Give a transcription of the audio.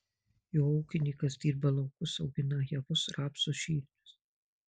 juo ūkininkas dirba laukus augina javus rapsus žirnius